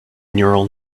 neural